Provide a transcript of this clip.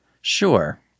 Sure